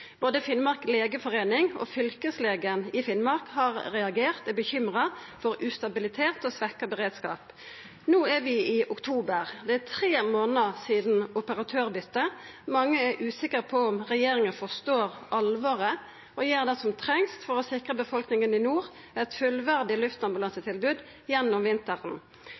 Både Finnmark legeforeining og fylkeslegen i Finnmark har reagert og er bekymra for ustabilitet og svekt beredskap. No er vi i oktober. Det er tre månader sidan operatørbytet. Mange er usikre på om regjeringa forstår alvoret og gjer det som trengst for å sikra befolkninga i nord eit fullverdig luftambulansetilbod gjennom vinteren.